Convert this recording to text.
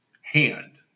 hand